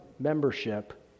membership